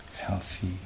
healthy